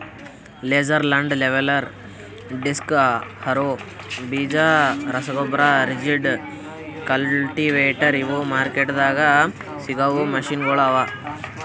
laser land leveller, disc harrow, ಬೀಜ ರಸಗೊಬ್ಬರ, rigid, cultivator ಇವು ಮಾರ್ಕೆಟ್ದಾಗ್ ಸಿಗವು ಮೆಷಿನಗೊಳ್ ಅವಾ